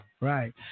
Right